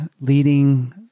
leading